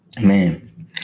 man